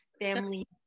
family